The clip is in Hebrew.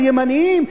על ימנים,